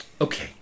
Okay